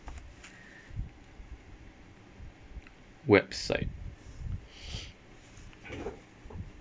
website